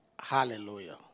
Hallelujah